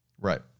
Right